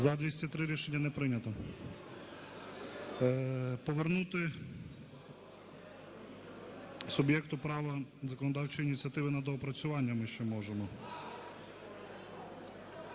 За-203 Рішення не прийнято. Повернути суб'єкту права законодавчої ініціативи на доопрацювання ми ще можемо.